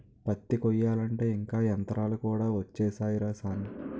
పత్తి కొయ్యాలంటే ఇంక యంతరాలు కూడా ఒచ్చేసాయ్ రా సామీ